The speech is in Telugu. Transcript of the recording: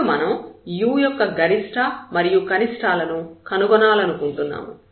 ఇప్పుడు మనం u యొక్క గరిష్ట మరియు కనిష్ఠాలను కనుగొనాలనుకుంటున్నాము